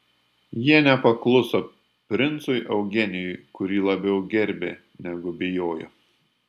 jie nepakluso princui eugenijui kurį labiau gerbė negu bijojo